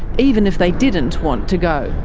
even if they didn't want to go.